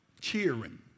cheering